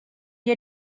you